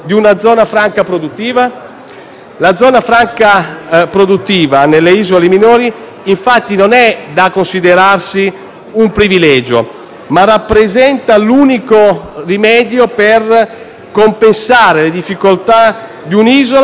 La zona franca produttiva nelle isole minori non è infatti da considerarsi un privilegio, ma rappresenta l'unico rimedio per compensare le difficoltà di un'isola dove i costi di produzione